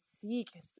seek